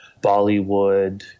Bollywood